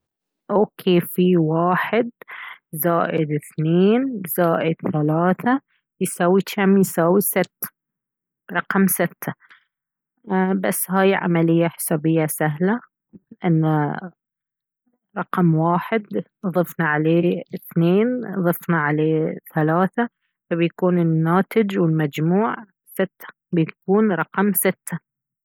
اوكي في واحد زائد اثنين زائد ثلاثة يساوي كم؟ يساوي ست رقم ستة ايه بس هاي عملية حسابية سهلةانه رقم واحد ضفنا عليه اثنين ضفنا عليه ثلاثة فبيكون الناتج والمجموع ستة بيكون رقم ستة